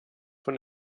von